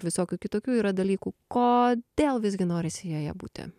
visokių kitokių yra dalykų kodėl visgi norisi joje būti